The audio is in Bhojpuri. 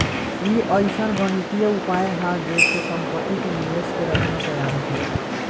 ई अइसन गणितीय उपाय हा जे से सम्पति के निवेश के रचना तैयार होखेला